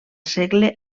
segle